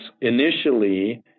initially